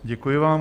Děkuji vám.